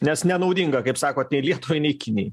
nes nenaudinga kaip sakot nei lietuvai nei kinijai